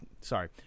Sorry